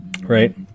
Right